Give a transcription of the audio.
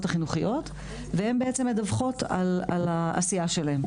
החינוכיות והן בעצם מדווחות על העשייה שלהן,